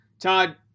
Todd